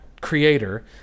creator